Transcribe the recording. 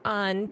on